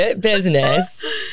business